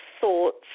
thoughts